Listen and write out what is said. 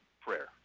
prayer